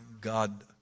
God